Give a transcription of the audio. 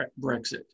Brexit